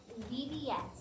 VBS